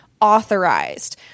authorized